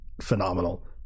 phenomenal